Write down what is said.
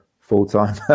full-time